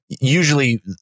usually